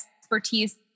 expertise